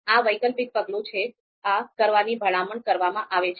આ વૈકલ્પિક પગલું છે આ કરવાની ભલામણ કરવામાં આવે છે